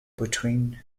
between